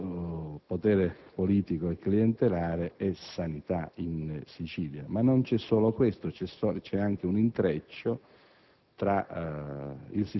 consenso, potere politico clientelare e sanitario in Sicilia. Ma non vi è solo questo: vi è anche un intreccio